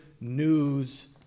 news